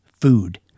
food